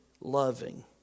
loving